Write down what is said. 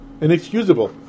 inexcusable